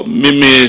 mimi